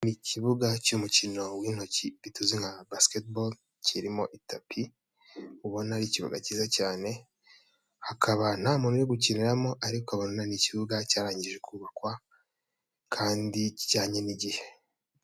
Ni ikibuga cy'umukino w'intoki tuzi nka basikete boru kirimo itapi, ubona ari ikibuga cyiza cyane hakaba nta muntu uri gukiniramo, ariko ubona ni ikibuga cyarangije kubakwa kandi kijyanye n'igihe.